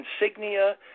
insignia